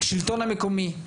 שלטון המקומי,